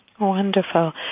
Wonderful